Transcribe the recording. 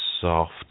soft